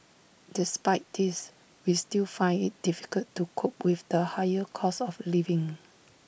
despite this we still find IT difficult to cope with the higher cost of living